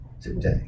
today